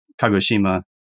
Kagoshima